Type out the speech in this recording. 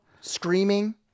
screaming